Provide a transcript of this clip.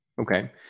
Okay